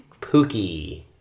Pookie